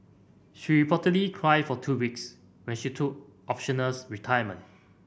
she reportedly cried for two weeks when she took optionals retirement